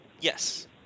Yes